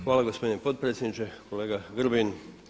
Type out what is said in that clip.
Hvala gospodine potpredsjedniče, kolega Grbin.